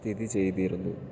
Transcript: സ്ഥിതി ചെയ്തിരുന്നു